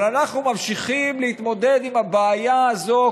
אבל אנחנו ממשיכים להתמודד עם הבעיה הזאת,